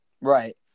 Right